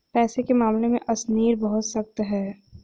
पैसे के मामले में अशनीर बहुत सख्त है